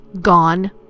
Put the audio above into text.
Gone